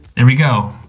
there we go.